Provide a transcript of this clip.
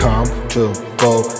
Comfortable